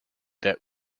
that